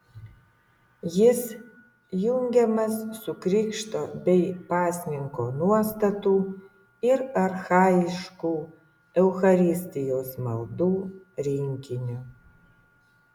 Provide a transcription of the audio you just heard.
jis jungiamas su krikšto bei pasninko nuostatų ir archajiškų eucharistijos maldų rinkiniu